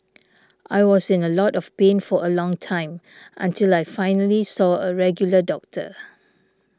I was in a lot of pain for a long time until I finally saw a regular doctor